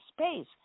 space